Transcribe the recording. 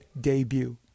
debut